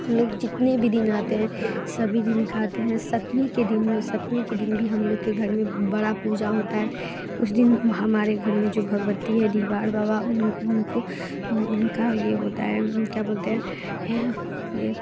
हम लोग जितने भी दिन आते हैं सभी दिन खाते हैं सप्तमी के दिन सप्तमी के दिन भी हम लोग के घर में बड़ी पूजा होती है उस दिन हमारे घर में जो भगवती है डिहवार बाबा उनको उनका ये होता है क्या बोलते हैं ये